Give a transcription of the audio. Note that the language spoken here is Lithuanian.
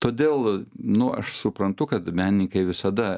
todėl nu aš suprantu kad menininkai visada